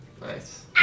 Nice